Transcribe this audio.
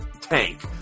tank